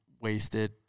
wasted